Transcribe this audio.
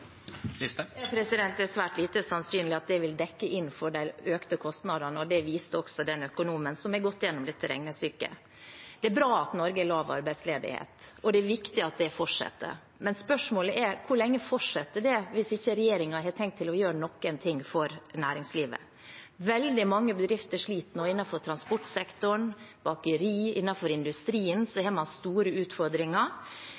Det er svært lite sannsynlig at det vil dekke inn for de økte kostnadene, og det viste også den økonomen som har gått gjennom dette regnestykket. Det er bra at Norge har lav arbeidsledighet, og det er viktig at det fortsetter, men spørsmålet er hvor lenge det fortsetter hvis ikke regjeringen har tenkt å gjøre noen ting for næringslivet. Veldig mange bedrifter sliter nå innenfor transportsektoren, bakerier, og innenfor industrien